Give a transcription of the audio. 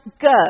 go